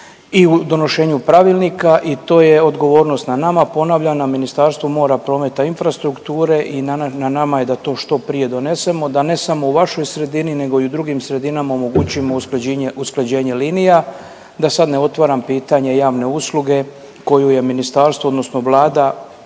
i u donošenju Pravilnika i to je odgovornost na nama, ponavljam na Ministarstvu mora, prometa, infrastrukture i na nama je da to što prije donesemo, da ne samo u vašoj sredini nego i u drugim sredinama omogućimo usklađenje linija, da sad ne otvaram pitanje javne usluge koju je ministarstvo, odnosno Vlada